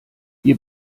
wir